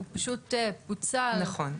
הוא פשוט פוצל --- נכון.